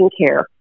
care